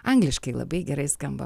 angliškai labai gerai skamba